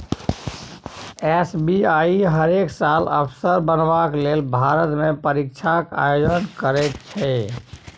SBI हरेक साल अफसर बनबाक लेल भारतमे परीक्षाक आयोजन करैत छै